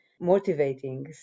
motivating